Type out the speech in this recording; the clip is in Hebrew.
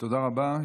תודה רבה.